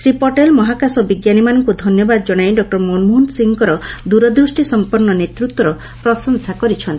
ଶ୍ରୀ ପଟେଲ ମହାକାଶ ବିଜ୍ଞାନୀ ମାନଙ୍କୁ ଧନ୍ୟବାଦ ଜଣାଇ ଡଃ ମନମୋହନ ସିଂଙ୍କ ଦୂରଦୃଷ୍ଟି ସମ୍ପନ୍ଧ ନେତୃତ୍ୱର ପ୍ରଶଂସା କରିଛନ୍ତି